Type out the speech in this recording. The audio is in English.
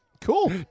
cool